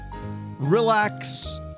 relax